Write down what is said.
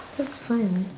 looks fun